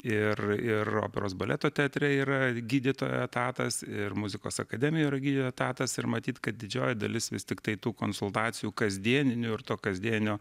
ir ir operos baleto teatre yra gydytojo etatas ir muzikos akademijoj yra gydytojo etatas ir matyt kad didžioji dalis vis tiktai tų konsultacijų kasdieninių ir to kasdienio